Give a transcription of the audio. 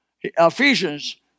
Ephesians